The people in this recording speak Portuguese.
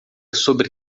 sobre